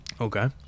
okay